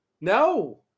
No